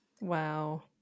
Wow